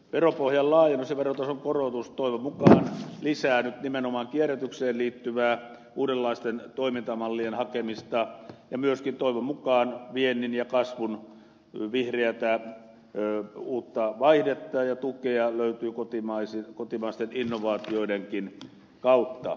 veropohjan laajennus ja verotason korotus toivon mukaan lisää nyt nimenomaan kierrätykseen liittyvää uudenlaisten toimintamallien hakemista ja myöskin toivon mukaan viennin ja kasvun vihreätä uutta vaihdetta ja tukea löytyy kotimaisten innovaatioidenkin kautta